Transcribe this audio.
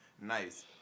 Nice